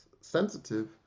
sensitive